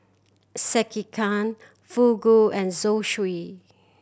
Sekihan Fugu and Zosui